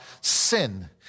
sin